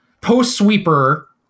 post-sweeper